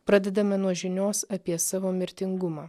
pradedame nuo žinios apie savo mirtingumą